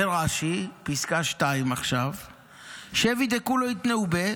ורש"י, פסקה 2 עכשיו: "'שבי, כולהו איתנהו ביה'